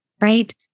right